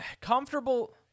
comfortable